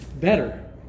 better